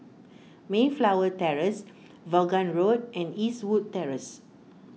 Mayflower Terrace Vaughan Road and Eastwood Terrace